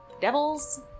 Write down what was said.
devils